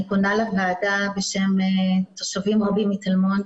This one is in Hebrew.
אני פונה לוועדה בשם תושבים רבים מתל מונד